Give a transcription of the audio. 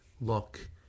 look